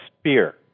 spear